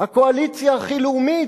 הקואליציה הכי לאומית,